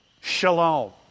shalom